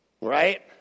Right